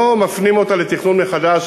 לא מפנים אותה לתכנון מחדש,